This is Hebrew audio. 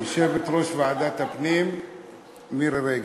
יושבת-ראש ועדת הפנים מירי רגב,